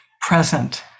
present